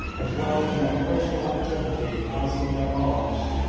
as well in their personal activity as in their arms,